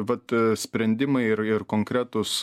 vat sprendimai ir ir konkretūs